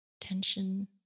tension